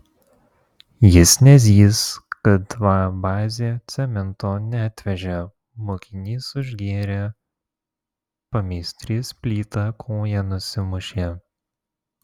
jis nezys kad va bazė cemento neatvežė mokinys užgėrė pameistrys plyta koją nusimušė